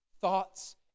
Thoughts